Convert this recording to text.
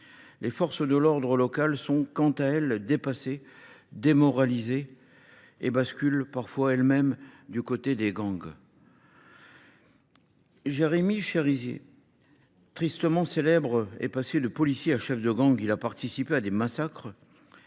Les forces de l’ordre locales, quant à elles, dépassées et démoralisées, basculent parfois du côté des gangs. Ainsi, Jimmy Chérizier, tristement célèbre, est passé de policier à chef de gang ; il a participé à des massacres,